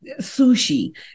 sushi